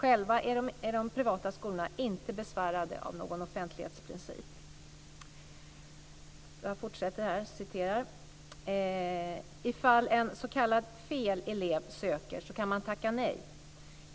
Jag läser vidare: "Ifall 'fel' elev söker kan de tacka nej.